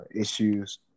issues